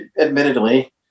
admittedly